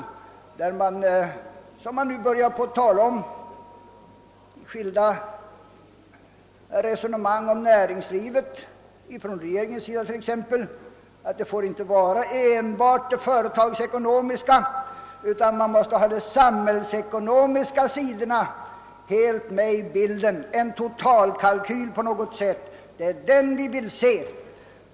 Även från regeringens sida har man ju börjat tala om att inte enbart de företagsekonomiska aspekterna skall bedömas, utan att även de samhällsekonomiska aspekterna måste tas med i bilden. Det gäller med andra ord att göra ett slags totalkalkyl. Det är en sådan kalkyl vi vill se.